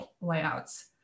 layouts